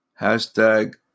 Hashtag